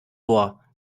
ohr